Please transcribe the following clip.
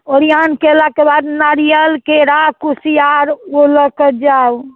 ओरिआओन कयलाके बाद नारियल केरा कुसियार ओ लऽ कऽ जाउ